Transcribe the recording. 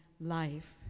life